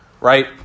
Right